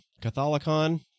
Catholicon